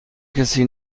کسی